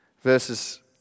verses